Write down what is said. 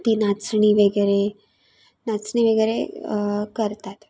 ती नाचणी वगैरे नाचणी वगैरे करतात